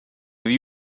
have